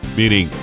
meaning